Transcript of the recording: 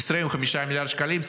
25 מיליארד שקלים.